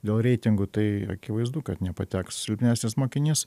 dėl reitingų tai akivaizdu kad nepateks silpnesnis mokinys